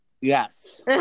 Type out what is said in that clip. Yes